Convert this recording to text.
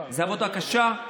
עבודה קשה.